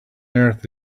earth